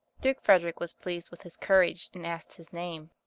duke frederick was pleased with his courage, and asked his name.